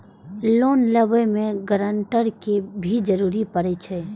Loan लेबे में guarantor के भी जरूरी परे छै?